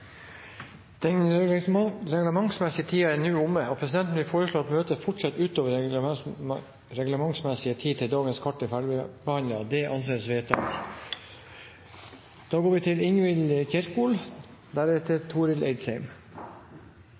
Den reglementsmessige tiden for kveldsmøtet er nå omme, og presidenten vil foreslå at møtet fortsetter til dagens kart er ferdigbehandlet. – Det anses vedtatt. De rød-grønne partiene la opp til